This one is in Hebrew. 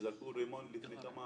כשזרקו רימון לפני כמה